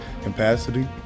capacity